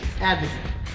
Advocate